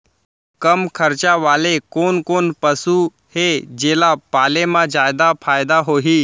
कम खरचा वाले कोन कोन पसु हे जेला पाले म जादा फायदा होही?